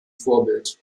vorbild